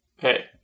Hey